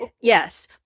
Yes